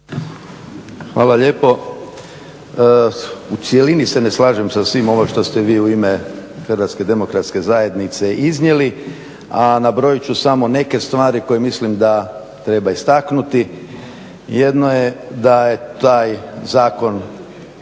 Hvala lijepo. U cjelini se ne slažem sa svim ovim što ste vi u ime HDZ-a iznijeli, a nabrojit ću samo neke stvari koje mislim da treba istaknuti. Jedna je da je taj zakon,